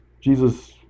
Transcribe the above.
Jesus